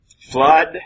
flood